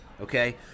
okay